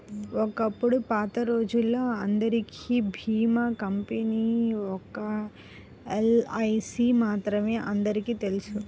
ఒకప్పుడు పాతరోజుల్లో అందరికీ భీమా కంపెనీ ఒక్క ఎల్ఐసీ మాత్రమే అందరికీ తెలుసు